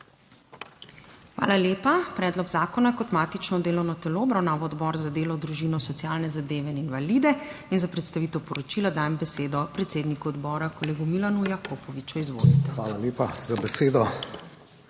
Hvala lepa. Predlog zakona je kot matično delovno telo obravnaval Odbor za delo, družino, socialne zadeve in invalide in za predstavitev poročila dajem besedo predsedniku odbora, kolegu Milanu Jakopoviču, izvolite.